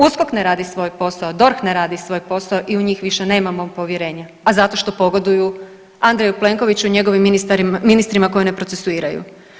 USKOK ne radi svoj posao, DORH ne radi svoj posao i u njih više nemamo povjerenja, a zato što pogoduju Andreju Plenkoviću i njegovim ministrima koje ne procesuiraju.